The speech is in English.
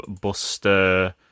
Buster